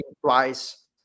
twice